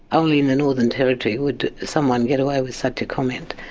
only in the northern territory would someone get away with such a comment.